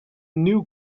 new